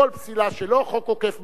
כל פסילה שלו, חוק עוקף בג"ץ.